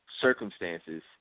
circumstances